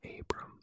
Abram